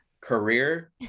career